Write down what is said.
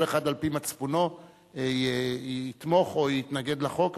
כל אחד על-פי מצפונו יתמוך או יתנגד לחוק,